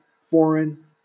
foreign